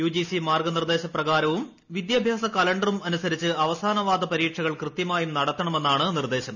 U G C മാർഗ്ഗു നിർദ്ദേശ പ്രകാരവും വിദ്യാഭ്യാസ കലണ്ടറും അനുസരിച്ച് അവസാനപാദ പരീക്ഷകൾ കൃത്യമായും നടത്തണമെന്നാണ് നിർദ്ദേശം